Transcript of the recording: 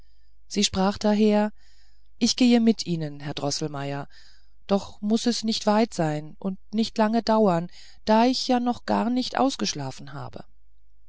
sie sprach daher ich gehe mit ihnen herr droßelmeier doch muß es nicht weit sein und nicht lange dauern da ich ja noch gar nicht ausgeschlafen habe